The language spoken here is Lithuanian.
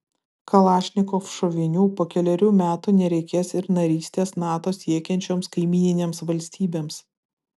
kalašnikov šovinių po kelerių metų nereikės ir narystės nato siekiančioms kaimyninėms valstybėms